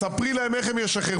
תספרי להם איך הם ישחררו.